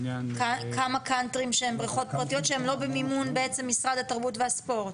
כמה קאנטרים שהם בריכות פרטיות שהן לא במימון של משרד התרבות והספורט?